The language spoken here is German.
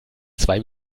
zwei